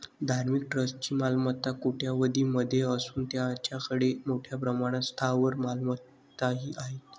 धार्मिक ट्रस्टची मालमत्ता कोट्यवधीं मध्ये असून त्यांच्याकडे मोठ्या प्रमाणात स्थावर मालमत्ताही आहेत